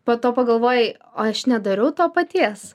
po to pagalvojai o aš nedarau to paties